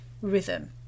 rhythm